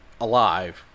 alive